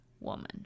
woman